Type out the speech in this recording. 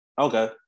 Okay